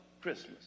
Christmas